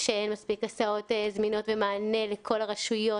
אין מספיק הסעות זמינות ומענה לכל הרשויות,